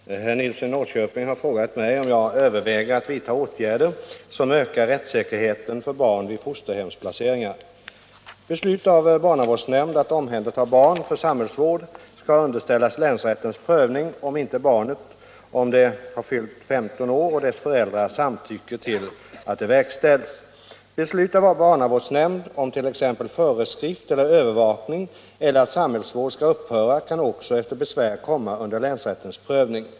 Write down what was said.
48, och anförde: Herr talman! Herr Nilsson i Norrköping har frågat mig om jag överväger att vidta åtgärder som ökar rättssäkerheten för barn vid fosterhemsplaceringar. Beslut av barnavårdsnämnd att omhänderta barn för samhällsvård skall underställas länsrättens prövning om inte barnet, om det har fyllt 15 år, och dess föräldrar samtycker till att det verkställs. Beslut av barnavårdsnämnd om t.ex. föreskrift eller övervakning eller att samhällsvård skall upphöra kan också efter besvär komma under länsrättens prövning.